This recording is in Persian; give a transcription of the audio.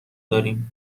داریم